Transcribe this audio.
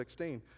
16